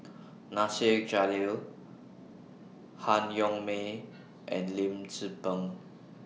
Nasir Jalil Han Yong May and Lim Tze Peng